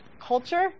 culture